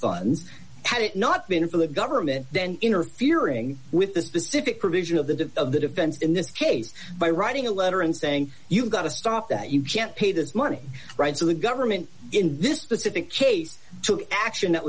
funds had it not been for the government interfering with the specific provision of the death of the defense in this case by writing a letter and saying you've got to stop that you can't pay this money right so the government in this specific case took action that